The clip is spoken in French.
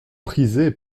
prisé